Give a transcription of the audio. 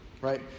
right